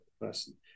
person